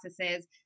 processes